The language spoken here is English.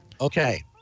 okay